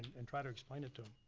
and try to explain it to